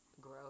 grow